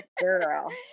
Girl